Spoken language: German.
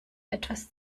etwas